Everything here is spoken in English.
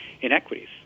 inequities